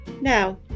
Now